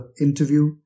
interview